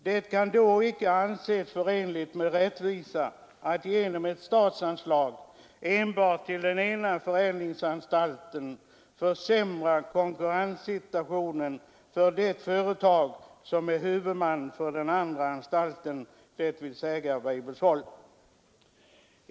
Det kan då inte anses förenligt med rättvisa att genom ett statsanslag enbart till den ena förädlingsanstalten försämra konkurrenssituationen för det företag som är huvudman för den andra anstalten, dvs. Weibullsholm.